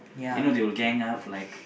you know they will gang up like